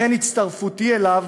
לכן הצטרפותי אליו